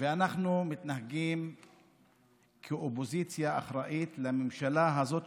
ואנחנו מתנהגים כאופוזיציה אחראית לממשלה הזו,